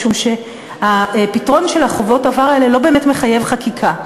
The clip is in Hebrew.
משום שהפתרון של חובות העבר האלה לא באמת מחייב חקיקה,